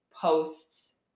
posts